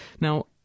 now